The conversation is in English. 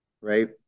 right